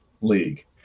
league